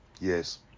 yes